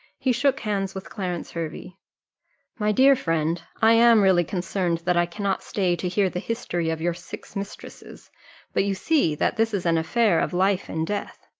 he shook hands with clarence hervey my dear friend, i am really concerned that i cannot stay to hear the history of your six mistresses but you see that this is an affair of life and death.